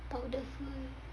powderful